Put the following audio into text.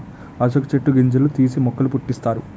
అశోక చెట్టు గింజలు తీసి మొక్కల పుట్టిస్తారు